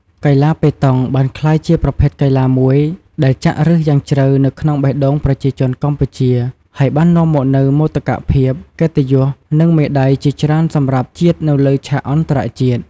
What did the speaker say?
កីឡាប៉េតង់ បានក្លាយជាប្រភេទកីឡាមួយដែលចាក់ឫសយ៉ាងជ្រៅនៅក្នុងបេះដូងប្រជាជនកម្ពុជា ហើយបាននាំមកនូវមោទកភាព កិត្តិយស និងមេដៃជាច្រើនសម្រាប់ជាតិនៅលើឆាកអន្តរជាតិ។